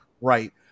Right